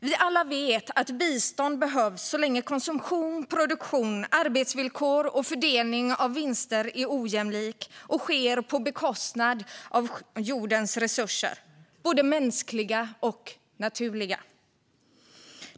Vi vet alla att bistånd behövs så länge konsumtion, produktion, arbetsvillkor och fördelning av vinster är ojämlika och sker på bekostnad av jordens resurser, både mänskliga och naturliga.